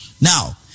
Now